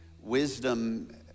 wisdom